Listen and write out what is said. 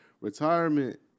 retirement